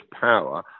power